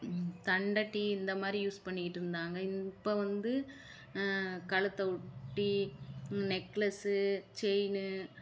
கண்டட்டி இந்த மாதிரி யூஸ் பண்ணிகிட்டுருந்தாங்கள் இப்போ வந்து கழுத்தை ஒட்டி நெக்லஸு செயினு